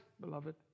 beloved